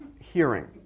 hearing